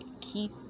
Keep